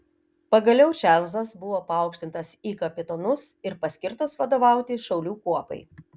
pagaliau čarlzas buvo paaukštintas į kapitonus ir paskirtas vadovauti šaulių kuopai